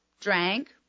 drank